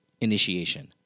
initiation